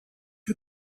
you